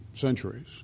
centuries